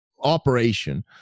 operation